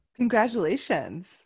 Congratulations